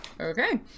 okay